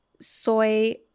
soy